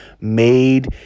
made